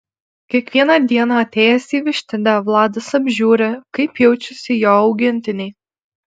kiekvieną dieną atėjęs į vištidę vladas apžiūri kaip jaučiasi jo augintiniai